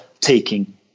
taking